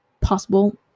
possible